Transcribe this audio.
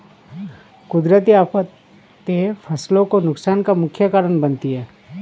कुदरती आफतें फसलों के नुकसान का मुख्य कारण बनती है